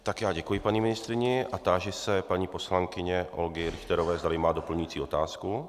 Tak já děkuji paní ministryni a táži se paní poslankyně Olgy Richterové, zdali má doplňující otázku.